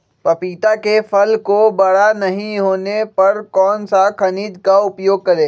पपीता के फल को बड़ा नहीं होने पर कौन सा खनिज का उपयोग करें?